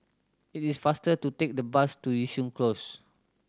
it is faster to take the bus to Yishun Close